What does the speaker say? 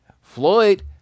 Floyd